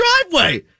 driveway